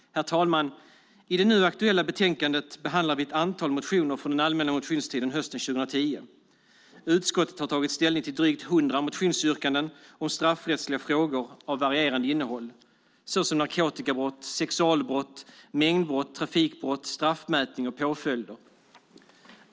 Herr talman! I det nu aktuella betänkandet behandlar vi ett antal motioner från den allmänna motionstiden hösten 2010. Utskottet har tagit ställning till drygt 100 motionsyrkanden om straffrättsliga frågor av varierande innehåll, såsom narkotikabrott, sexualbrott, mängdbrott, trafikbrott, straffmätning och påföljder.